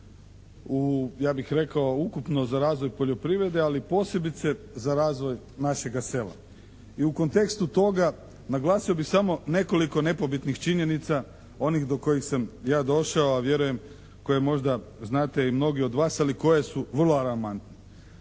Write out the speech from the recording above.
ja bih rekao ukupno za razvoj poljoprivrede, ali posebice za razvoj našega sela. I u kontekstu toga naglasio bih samo nekoliko nepobitnih činjenica onih do kojih sam ja došao, a vjerujem koje možda znate i mnogi od vas, ali koje su vrlo alarmantne.